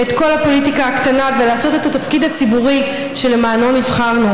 ואת כל הפוליטיקה הקטנה ולעשות את התפקיד הציבורי שלמענו נבחרנו.